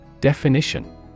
Definition